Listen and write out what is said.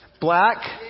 black